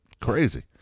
Crazy